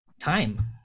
time